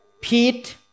Pete